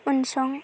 उनसं